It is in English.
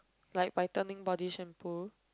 like whitening body shampoo